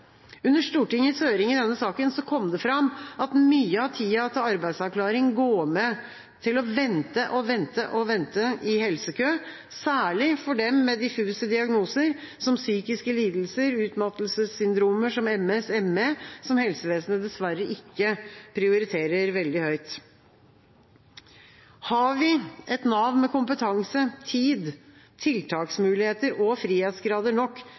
Under Stortingets høring i denne saken kom det fram at mye av tida til arbeidsavklaring går med til å vente og vente og vente i helsekø, særlig for dem med MS og dem med diffuse diagnoser som psykiske lidelser og utmattelsessyndrom som ME, som helsevesenet dessverre ikke prioriterer veldig høyt. Har vi et Nav med kompetanse, tid, tiltaksmuligheter og frihetsgrader nok